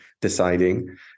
deciding